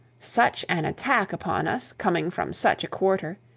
such an attack upon us, coming from such a quarter,